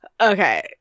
Okay